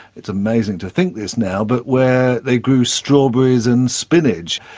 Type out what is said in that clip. it's amazing to think this now, but where they grew strawberries and spinach.